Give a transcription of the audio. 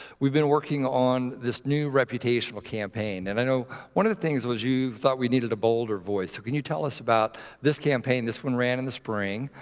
we've been working on this new reputational campaign. and i know one of the things was you thought we needed a bolder voice. so can you tell us about this campaign? this one ran in the spring,